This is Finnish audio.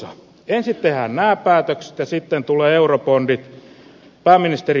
ensin tehdään nämä päätökset ja sitten tulevat eurobondit